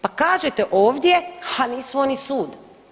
Pa kažete ovdje, ha nisu oni sud.